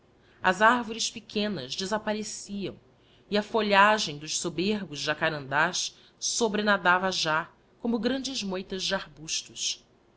as arvores pequenas desappareciam e a folhagem dos soberbos jacarandás sobrenadava já como grandes moitas de arbustos